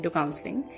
counselling